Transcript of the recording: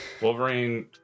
Wolverine